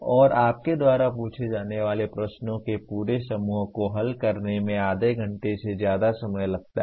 और आपके द्वारा पूछे जाने वाले प्रश्नों के पूरे समूह को हल करने में आधे घंटे से ज्यादा समय लगता है